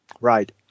Right